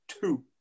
Two